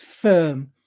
firm